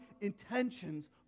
intentions